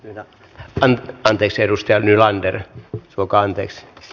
minä pidän anteeksi edustaja nylander suokaa anteeksi s